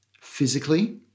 physically